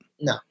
No